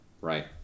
right